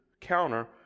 counter